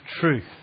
truth